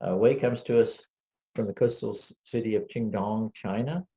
ah wei comes to us from the coastal city of qingdao, um china.